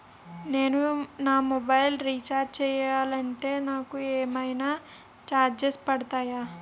నేను నా mobile recharge చేయాలంటే నాకు ఏమైనా చార్జెస్ పడతాయా?